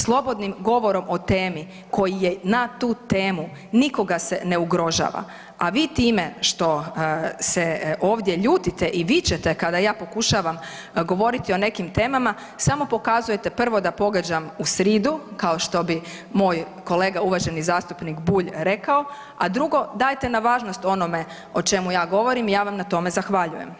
Slobodnim govorom o temi koji je na tu temu nikoga se ne ugrožava, a vi time što se ovdje ljutite i vičete kada ja pokušavam govoriti o nekim temama samo pokazujete prvo da pogađam u sridu kao što bi moj kolega uvaženi zastupnik Bulj rekao, a drugo dajte na važnost onome o čemu ja govorim, ja vam na tome zahvaljujem.